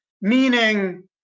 meaning